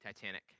Titanic